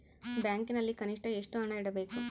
ಬ್ಯಾಂಕಿನಲ್ಲಿ ಕನಿಷ್ಟ ಎಷ್ಟು ಹಣ ಇಡಬೇಕು?